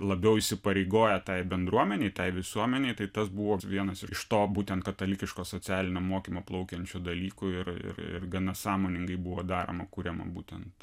labiau įsipareigoję tai bendruomenei tai visuomenei tai tas buvo vienas iš to būtent katalikiško socialinio mokymo plaukiančių dalykų ir ir gana sąmoningai buvo daroma kuriama būtent